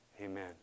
Amen